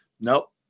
Nope